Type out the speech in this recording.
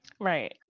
Right